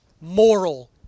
moral